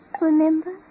Remember